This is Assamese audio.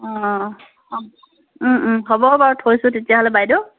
অঁ হ'ব বাৰু থৈছোঁ তেতিয়াহ'লে বাইদেউ